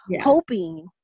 hoping